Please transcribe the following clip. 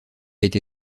été